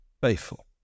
Faithful